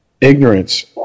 ignorance